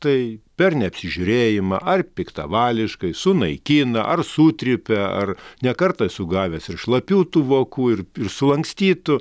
tai per neapsižiūrėjimą ar piktavališkai sunaikina ar sutrypia ar ne kartą esu gavęs ir šlapių tų vokų ir ir sulankstytų